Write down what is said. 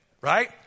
right